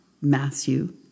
Matthew